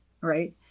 right